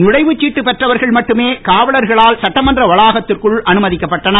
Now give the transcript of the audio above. நுழைவுச்சிட்டு பெற்றவர்கள் மட்டுமே காவலர்களால் சட்டமன்ற வளாகத்திற்குள் அனுமதிக்கப்பட்டனர்